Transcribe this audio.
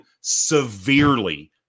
severely